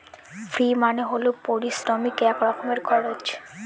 ফি মানে হল পারিশ্রমিক এক রকমের খরচ